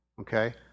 Okay